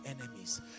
enemies